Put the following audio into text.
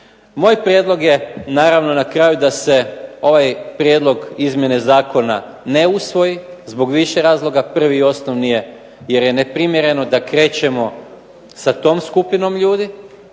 Moj prijedlog je naravno na kraju da se ovaj prijedlog izmjene zakona ne usvoji zbog više razloga. Prvi i osnovni je jer je neprimjereno da krećemo sa tom skupinom ljudi